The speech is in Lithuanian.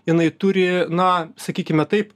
jinai turi na sakykime taip